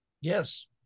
Yes